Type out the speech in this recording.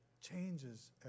changes